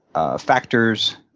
ah factors,